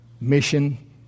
mission